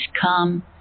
come